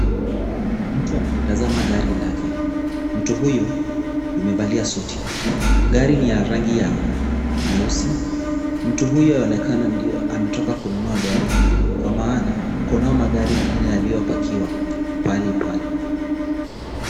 Mtu analitazama gari lake. Mtu huyo amevalia suti. Gari ni ya rangi ya nyeusi. Mtu huyo aonekana ndio ametoka kununua gari hilo kwa maana kunayo magari mengine yaliyopakiwa pahali pale.